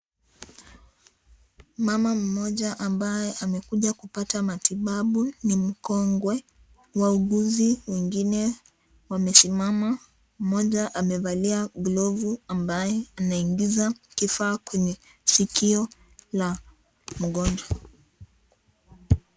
Mama mmoja ambaye amekuja kupata matibabu ni mkongwe. Wauguzi wengine wamesimama. Mmoja amevalia glovu ambaye anaingiza kifaa kwenye sikio la mgonjwa.